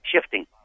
shifting